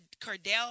cardell